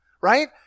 Right